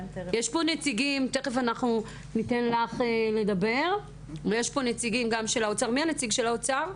מי הנציג של האוצר?